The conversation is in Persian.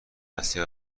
اصلی